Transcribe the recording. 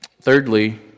Thirdly